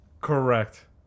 Correct